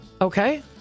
Okay